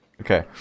Okay